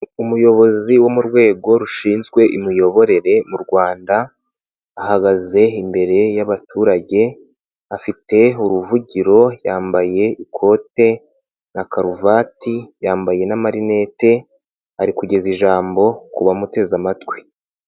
Umuyobozi w'u rwego rushinzwe imiyoborere mu rwanda, ahagaze imbere y'abaturage, afite uruvugiro, yambaye ikote na karuvati, yambaye n'amarinete ari kugeza ijambo ku bamuteze amatwi.